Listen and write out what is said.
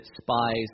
spies